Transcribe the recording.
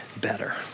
better